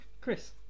Chris